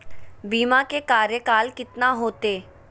बीमा के कार्यकाल कितना होते?